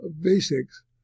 basics